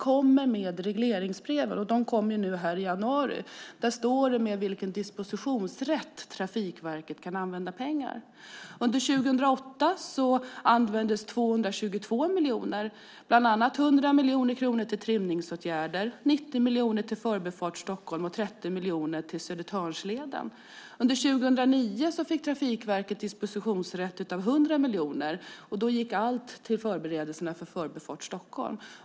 I regleringsbreven som kommer i januari står det med vilken dispositionsrätt Trafikverket kan använda pengar. Under 2008 användes 222 miljoner kronor, bland annat 100 miljoner kronor till trimningsåtgärder, 90 miljoner kronor till Förbifart Stockholm och 30 miljoner kronor till Södertörnsleden. Under 2009 fick Trafikverket dispositionsrätt för 100 miljoner kronor, och då gick allt till förberedelserna för Förbifart Stockholm.